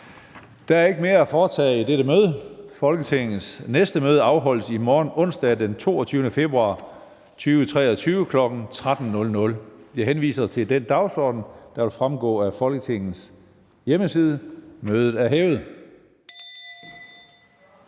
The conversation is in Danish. Der er ikke mere at foretage i dette møde. Folketingets næste møde afholdes i morgen, onsdag den 22. februar 2023, kl. 13.00. Jeg henviser til den dagsorden, der vil fremgå af Folketingets hjemmeside. Mødet er hævet.